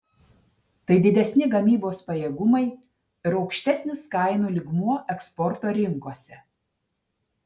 tai didesni gamybos pajėgumai ir aukštesnis kainų lygmuo eksporto rinkose